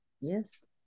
Yes